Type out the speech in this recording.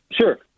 sure